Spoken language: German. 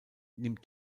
nimmt